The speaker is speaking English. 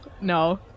No